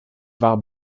war